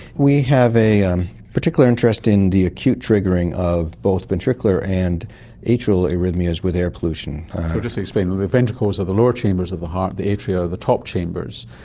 we have a um particular interest in the acute triggering of both ventricular and atrial arrhythmias with air pollution. so just to explain, the the ventricles of the lower chambers of the heart, the atria, are the top chambers.